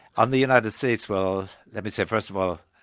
and the united states, well let me say first of all,